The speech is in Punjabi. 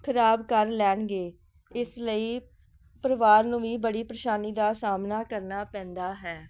ਖਰਾਬ ਕਰ ਲੈਣਗੇ ਇਸ ਲਈ ਪਰਿਵਾਰ ਨੂੰ ਵੀ ਬੜੀ ਪਰੇਸ਼ਾਨੀ ਦਾ ਸਾਹਮਣਾ ਕਰਨਾ ਪੈਂਦਾ ਹੈ